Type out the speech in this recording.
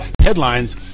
headlines